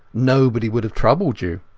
nobody would have troubled you